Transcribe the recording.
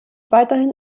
weiterhin